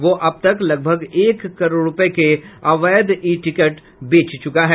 वह अबतक लगभग एक करोड रुपये के अवैध ई टिकट बेच चूका है